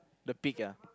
the peak ah